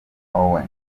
owen